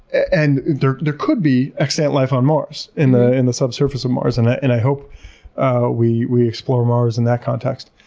and there there could be extant life on mars in the in the subsurface of mars and and i hope we we explore mars in that context.